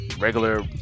regular